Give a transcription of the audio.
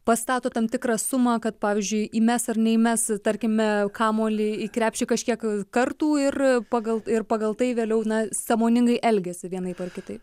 pastato tam tikrą sumą kad pavyzdžiui įmes ar neįmes tarkime kamuolį į krepšį kažkiek kartų ir pagal ir pagal tai vėliau na sąmoningai elgiasi vienaip ar kitaip